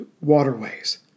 waterways